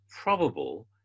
probable